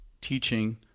teaching